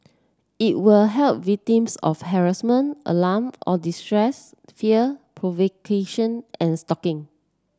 it will help victims of harassment alarm or distress fear provocation and stalking